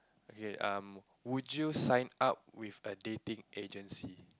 okay um would you sign up with a dating agency